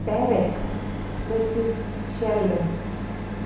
barrack Mrs Sheldon